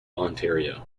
ontario